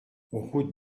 route